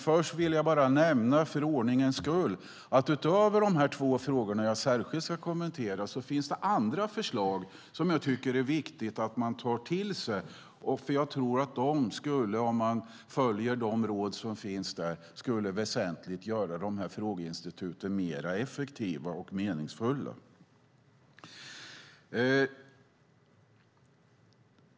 Först vill jag för ordningens skull nämna att utöver de två frågor som jag särskilt ska kommentera finns det förslag som jag tycker det är viktigt att ta till sig. Jag tror att det skulle, om man följer de råd som där finns, väsentligt bidra till att göra frågeinstituten mer effektiva och meningsfulla.